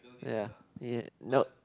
ya ya nope